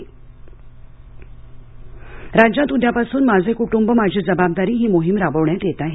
मुख्यमंत्री राज्यात उद्यापासून माझे कुटुंब माझी जबाबदारी ही मोहिम राबवण्यात येत आहे